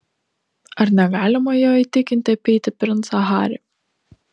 ar negalima jo įtikinti apeiti princą harį